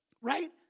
Right